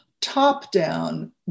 Top-down